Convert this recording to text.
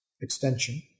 extension